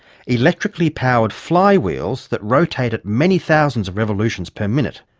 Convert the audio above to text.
electrically powered flywheels that rotate at many thousands of revolutions per minute.